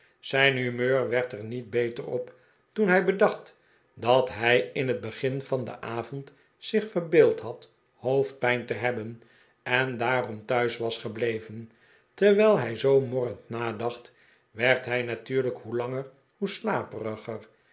zijn humeur werd er niet beter op toen hij bedacht dat hij in het begin van den avond zich verbeeld had hoofdpijn te hebben en daarom thuis was gebleven terwijl hij zoo morrend nadacht werd hij natuurlijk hoe langer hoe slaperigerj